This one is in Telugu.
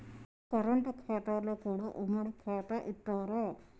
కరెంట్ ఖాతాలో కూడా ఉమ్మడి ఖాతా ఇత్తరా?